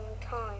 time